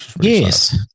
Yes